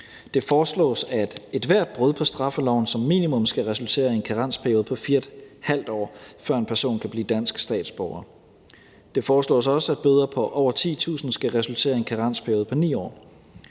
Det foreslås, at ethvert brud på straffeloven som minimum skal resultere i en karensperiode på 4½ år, før en person kan blive dansk statsborger. Det foreslås også, at bøder på over 10.000 kr. skal resultere i en karensperiode på 9 år.